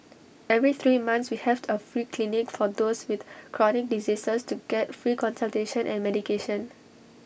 every three months we have A free clinic for those with chronic diseases to get free consultation and medication